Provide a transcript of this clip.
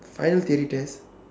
final theory test